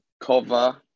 Cover